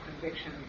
conviction